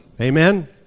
Amen